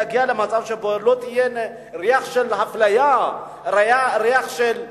להגיע למצב שבו לא יהיה ריח של אפליה,